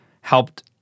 helped